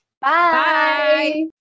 Bye